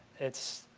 it's